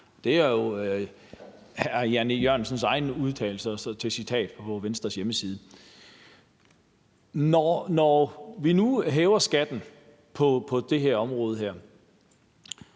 Det er hr. Jan E. Jørgensens egne udtalelse citeret fra Venstres hjemmeside. Når vi nu hæver skatten på det her område,